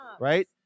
Right